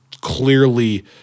clearly